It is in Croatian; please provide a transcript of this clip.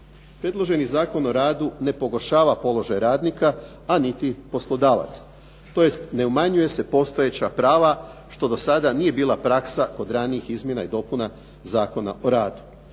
Predloženi Zakon o radu ne pogoršava položaj radnika a niti poslodavaca, tj. ne umanjuju se postojeća prava što do sada nije bila praksa kod ranijih izmjena i dopuna Zakona o radu.